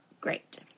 great